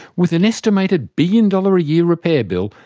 with an estimated billion dollar a year repair bill,